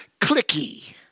clicky